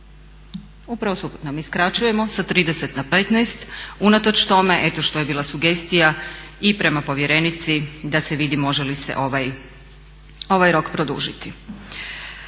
Upravo suprotno, mi skraćujemo sa 30 na 15 unatoč tome eto što je bila sugestija i prema povjerenici da se vidi može li se ovaj rok produžiti.